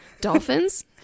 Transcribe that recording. Dolphins